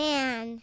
Man